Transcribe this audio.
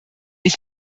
ich